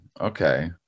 Okay